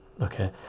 Okay